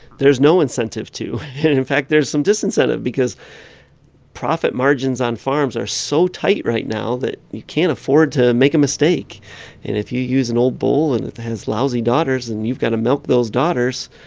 there's no incentive to. in fact, there's some disincentive because profit margins on farms are so tight right now that you can't afford to make a mistake. and if you use an old bull, and it has lousy daughters and you've got to milk those daughters,